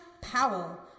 Powell